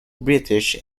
british